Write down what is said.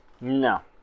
No